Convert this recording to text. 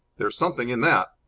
there's something in that!